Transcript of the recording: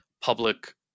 public